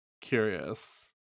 curious